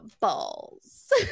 balls